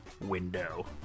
window